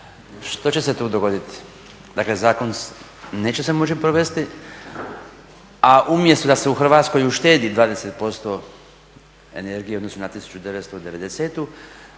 Što će se tu dogoditi? Dakle zakon neće se moći provesti a umjesto da se u Hrvatskoj uštedi 20% energije u odnosu na 1990.-tu